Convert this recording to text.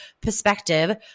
perspective